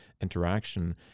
interaction